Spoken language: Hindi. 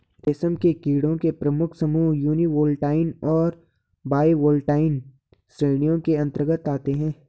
रेशम के कीड़ों के प्रमुख समूह यूनिवोल्टाइन और बाइवोल्टाइन श्रेणियों के अंतर्गत आते हैं